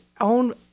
own